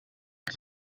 ich